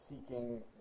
seeking